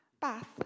bath